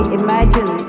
imagine